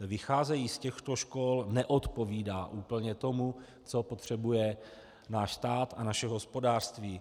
vycházejí z těchto škol, neodpovídá úplně tomu, co potřebuje náš stát a naše hospodářství.